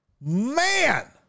Man